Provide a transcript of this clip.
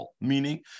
meaning